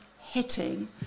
hitting